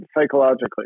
psychologically